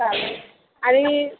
चालेल आणि